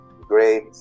great